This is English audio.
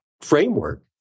framework